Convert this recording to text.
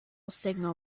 signal